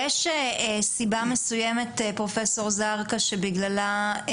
יש סיבה מסוימת פרופ' זרקא שבגללה,